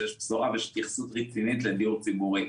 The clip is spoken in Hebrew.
שיש בשורה ויש התייחסות רצינית לדיור ציבורי.